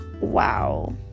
wow